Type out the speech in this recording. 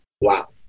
Wow